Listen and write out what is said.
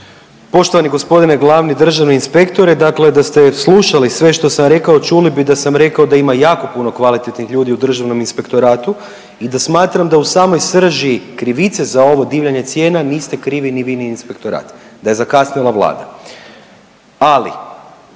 Poštovani g. glavni državni inspektore, dakle da ste slušali sve što sam rekao čuli bi da sam rekao da ima jako puno kvalitetnih ljudi u državnom inspektoratu i da smatram da u samoj srži krivice za ovo divljanje cijena niste krivi ni vi, ni inspektorat, da je zakasnila Vlada. Ali,